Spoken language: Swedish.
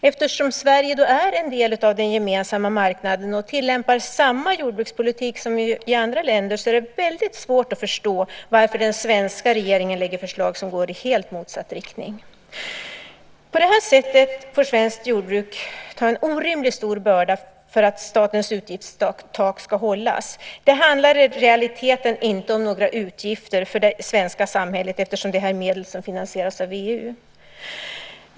Eftersom Sverige är en del av den gemensamma marknaden och tillämpar samma jordbrukspolitik som tillämpas i andra länder är det väldigt svårt att förstå varför den svenska regeringen lägger fram förslag som går i helt motsatt riktning. På det här sättet får svenskt jordbruk ta en orimligt stor börda för att statens utgiftstak ska hållas. Det handlar i realiteten inte om några utgifter för det svenska samhället eftersom detta är medel som finansieras av EU.